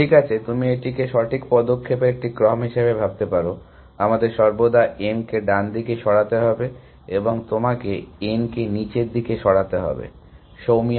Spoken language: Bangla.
ঠিক আছে তুমি এটিকে সঠিক পদক্ষেপের একটি ক্রম হিসাবে ভাবতে পারো আমাদের সর্বদা m কে ডান দিকে সরাতে হবে এবং তোমাকে n কে নিচের দিকে সরাতে হবে সৌমিয়া